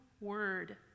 word